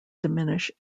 diminish